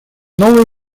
новое